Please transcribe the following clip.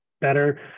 better